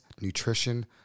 nutrition